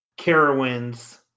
Carowinds